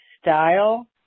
style